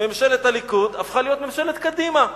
ממשלת הליכוד הפכה להיות ממשלת קדימה.